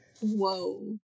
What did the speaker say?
Whoa